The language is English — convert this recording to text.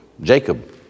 Jacob